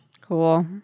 Cool